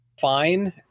fine